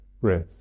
breath